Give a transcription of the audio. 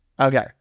Okay